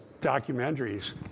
documentaries